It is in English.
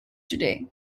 today